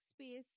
space